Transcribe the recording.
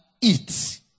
eat